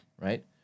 right